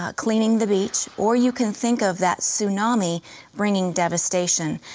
ah cleaning the beach or you can think of that tsunami bringing devastation.